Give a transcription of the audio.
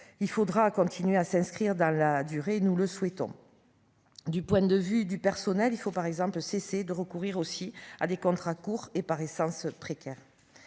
il faudra continuer à s'inscrire dans la durée, nous le souhaitons, du point de vue du personnel, il faut, par exemple, cesser de recourir aussi à des contrats courts est par essence précaire